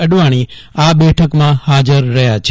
અડવાણી આ બેઠકમાં હાજર રહ્યા છે